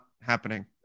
happening